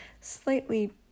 slightly